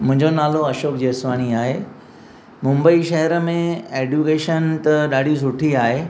मुंहिंजो नालो अशोक जेसवाणी आहे मुम्बई शहर में एडुकेशन त ॾाढी सुठी आहे